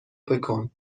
بکن